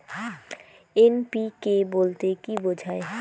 NPK বলতে কী বোঝায়?